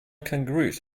kangaroos